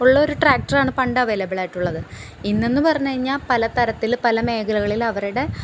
ഉള്ളൊരു ട്രാക്ടറാണ് പണ്ട് അവെയ്ലബിളായിട്ടുള്ളത് ഇന്നെന്ന് പറഞ്ഞുകഴിഞ്ഞാല് പല തരത്തില് പല മേഖലകളില് അവരുടെ